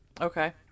Okay